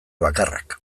bakarrak